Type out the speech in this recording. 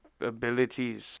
abilities